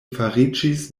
fariĝis